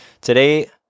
Today